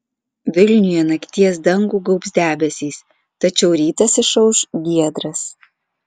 vilniuje nakties dangų gaubs debesys tačiau rytas išauš giedras